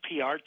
PR